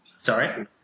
Sorry